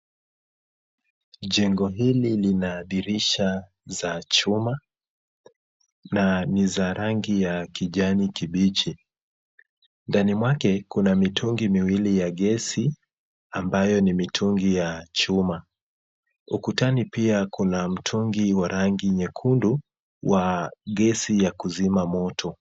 Jengo hili lina dirisha za chuma na ni za rangi ya kijani kibichi. Ndani mwake kuna mitungi miwili ya gesi ambayo ni mitungi ya chuma. Ukutani pia kuna mtungi wa rangi nyekundu wa gesi ya kuzima moto.